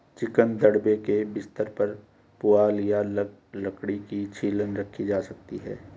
chicken दड़बे के बिस्तर पर पुआल या लकड़ी की छीलन रखी जा सकती है